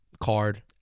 card